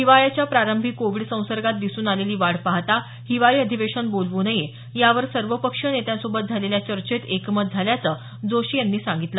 हिवाळ्याच्या प्रारंभी कोविड संसर्गात दिसून आलेली वाढ पाहता हिवाळी अधिवेशन बोलवू नये यावर सर्वपक्षीय नेत्यांसोबत झालेल्या चर्चेत एकमत झाल्याचं जोशी यांनी सांगितलं